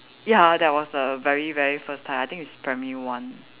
ya that was the very very first time I think it's primary one